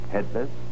Headless